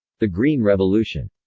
the green revolution